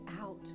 out